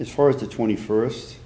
as far as the twenty first